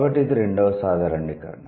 కాబట్టి ఇది రెండవ సాధారణీకరణ